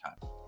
time